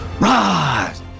rise